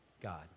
God